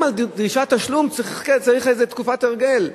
גם על דרישת תשלום צריך איזו תקופת הרגל,